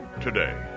today